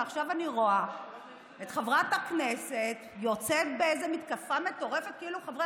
ועכשיו אני רואה את חברת הכנסת יוצאת באיזו מתקפה מטורפת כאילו חברי